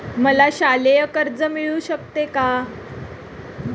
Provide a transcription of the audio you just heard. मला शालेय कर्ज मिळू शकते का?